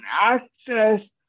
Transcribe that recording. access